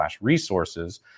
resources